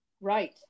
right